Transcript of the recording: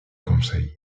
conseil